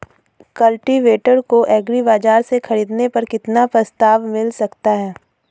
Cultivator को agri बाजार से ख़रीदने पर कितना प्रस्ताव मिल सकता है?